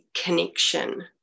connection